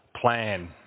plan